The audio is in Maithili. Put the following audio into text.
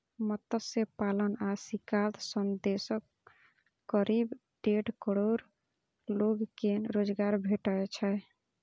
मत्स्य पालन आ शिकार सं देशक करीब डेढ़ करोड़ लोग कें रोजगार भेटै छै